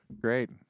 great